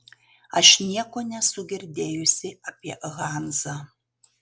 aš nieko nesu girdėjusi apie hanzą